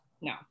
no